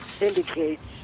indicates